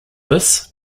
this